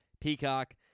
Peacock